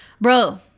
Bro-